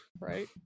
Right